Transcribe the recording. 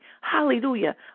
Hallelujah